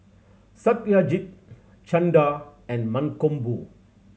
Satyajit Chanda and Mankombu